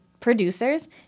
Producers